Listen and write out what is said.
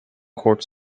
court